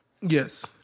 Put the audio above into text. Yes